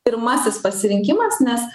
pirmasis pasirinkimas nes